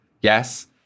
Yes